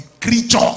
creature